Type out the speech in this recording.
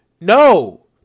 No